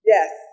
Yes